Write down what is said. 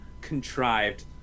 contrived